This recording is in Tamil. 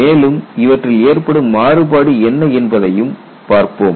மேலும் இவற்றில் ஏற்படும் மாறுபாடு என்ன என்பதையும் பார்ப்போம்